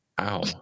Ow